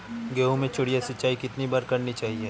गेहूँ में चिड़िया सिंचाई कितनी बार करनी चाहिए?